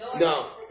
No